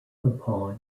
upon